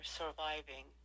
surviving